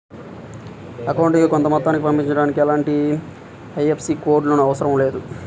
అకౌంటుకి కొంత మొత్తాన్ని పంపించడానికి ఎలాంటి ఐఎఫ్ఎస్సి కోడ్ లు అవసరం లేదు